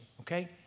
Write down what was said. Okay